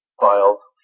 files